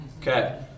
Okay